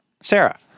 sarah